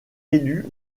élu